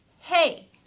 hey